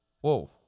whoa